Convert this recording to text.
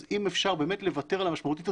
אז אם אפשר באמת לוותר על ה'משמעותית'